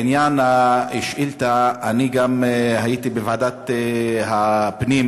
בעניין השאילתה, אני גם הייתי בוועדת הפנים,